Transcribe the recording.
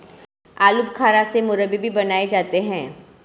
आलू बुखारा से मुरब्बे भी बनाए जाते हैं